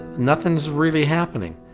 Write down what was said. nothing's really happening,